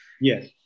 Yes